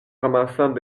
ramassant